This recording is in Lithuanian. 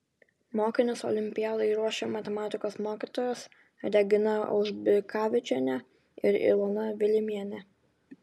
mokinius olimpiadai ruošė matematikos mokytojos regina aužbikavičienė ir ilona vilimienė